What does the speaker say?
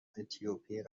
اتیوپی